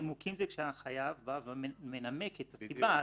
כי נימוקים זה כשההנחיה באה ומנמקת נסיבה.